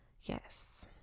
Yes